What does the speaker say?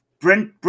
Brent